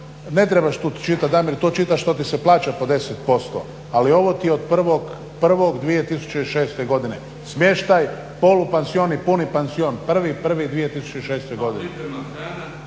ne trebaš tu čitati Damire, to čitaš što ti se plaća po 10%, ali ovo ti je od 1.01.2006. godine smještaj, polupansion i puni pansion 1.01.2006. godine.